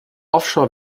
offshore